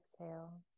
exhale